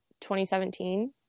2017